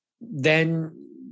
then-